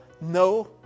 No